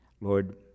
Lord